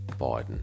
Biden